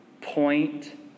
Point